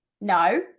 No